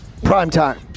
primetime